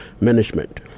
Management